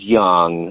young